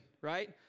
right